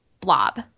blob